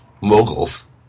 moguls